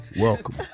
welcome